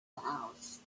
house